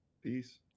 Peace